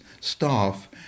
staff